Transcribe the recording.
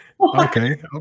Okay